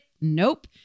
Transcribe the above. Nope